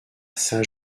saint